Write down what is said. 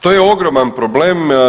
To je ogroman problem.